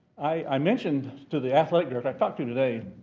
i mentioned to the athletic director, i talked to today,